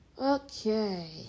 okay